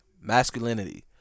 masculinity